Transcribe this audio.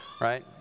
Right